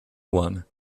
one